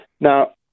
Now